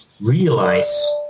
realize